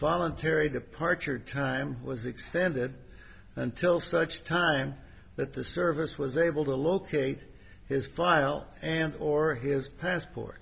voluntary departure time was extended until such time that the service was able to locate his file and or his passport